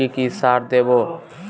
কি কি সার দেবো?